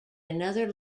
another